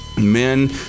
men